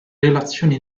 relazioni